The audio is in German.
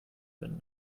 wenn